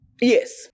Yes